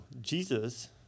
Jesus